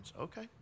Okay